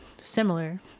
similar